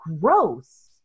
gross